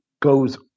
Goes